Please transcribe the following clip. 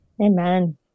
Amen